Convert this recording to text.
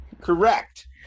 correct